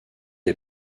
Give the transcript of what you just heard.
est